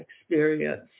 experience